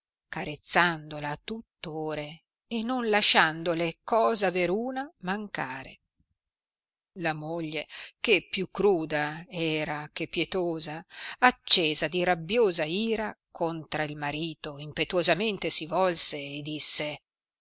carezzandola a tutt ore e non lasciandole cosa veruna mancare la moglie che più cruda era che pietosa accesa di rabbiosa ira contra il marito impetuosamente si volse e disse